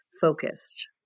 Focused